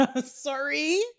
Sorry